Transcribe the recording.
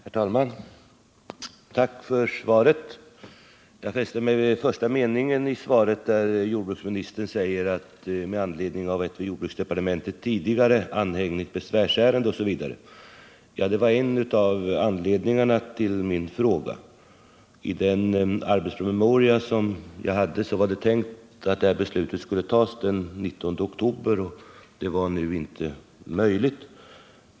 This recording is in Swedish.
Herr talman! Tack för svaret! Jag fäste mig vid första meningen i svaret — ”med anledning av ett vid jordbruksdepartementet tidigare anhängigt besvärsärende” osv. Ja, det var en av anledningarna till min fråga. I den arbetspromemoria som jag hade var det tänkt att detta beslut skulle fattas den 19 oktober. Det var nu inte möjligt.